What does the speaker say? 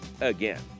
again